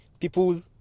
People